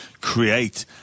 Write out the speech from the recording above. create